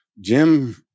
Jim